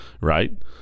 right